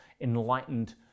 enlightened